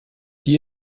die